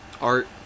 art